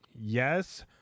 yes